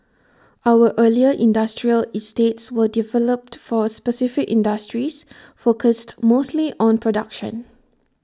our earlier industrial estates were developed for specific industries focused mostly on production